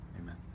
amen